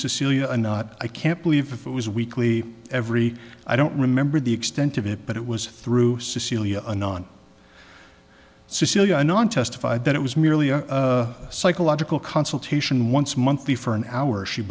cecilia not i can't believe if it was weekly every i don't remember the extent of it but it was through cecilia anon cecelia anon testified that it was merely a psychological consultation once monthly for an hour she